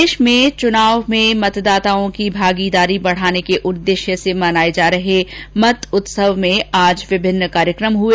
प्रदेश में चुनाव में मतदाताओं की भागीदारी बढाने के उद्देश्य से मनाये जा रहे मत उत्सव में विभिन्न कार्यक्रम हुए